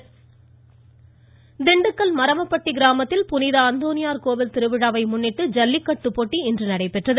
ஜல்லிக்கட்டு திண்டுக்கல் மறவப்பட்டி கிராமத்தில் புனித அந்தோணியார் கோவில் திருவிழாவை முன்னிட்டு ஜல்லிக்கட்டு போட்டி இன்று நடைபெறுகிறது